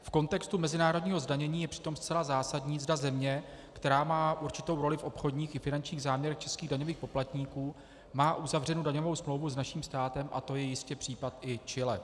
V kontextu mezinárodního zdanění je přitom zcela zásadní, zda země, která má jistou roli v obchodních i finančních záměrech českých daňových poplatníků, má uzavřenu daňovou smlouvu s naším státem, a to je jistě i případ Chile.